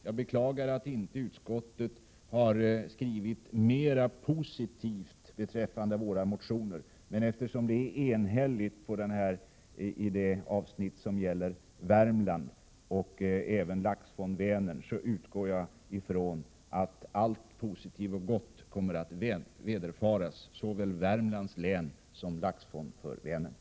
Jag beklagar att utskottet inte skrivit mera positivt beträffande våra motioner. Eftersom avsnittet om Värmland och Laxfond för Vänern har ett enhälligt utskott bakom sig utgår jag ifrån att allt positivt och gott kommer att vederfaras såväl Värmlands län som Laxfond för Vänern.